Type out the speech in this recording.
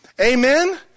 Amen